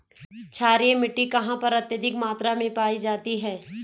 क्षारीय मिट्टी कहां पर अत्यधिक मात्रा में पाई जाती है?